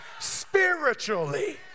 spiritually